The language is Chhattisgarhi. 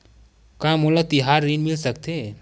का मोला तिहार ऋण मिल सकथे?